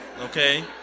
okay